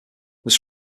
was